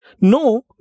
No